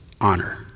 honor